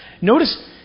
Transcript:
Notice